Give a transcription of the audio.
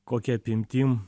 kokia apimtim